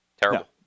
Terrible